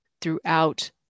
throughout